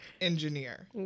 engineer